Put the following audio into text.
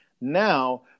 Now